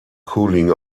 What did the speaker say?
cooling